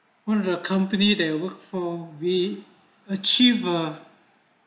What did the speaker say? when the company they were for we achiever